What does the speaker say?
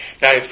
Now